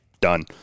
done